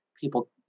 people